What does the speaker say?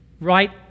right